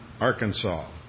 Arkansas